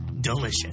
delicious